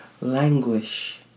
languish